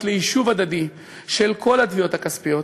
ליישוב הדדי של כל התביעות הכספיות,